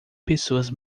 pessoas